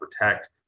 protect